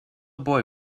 boy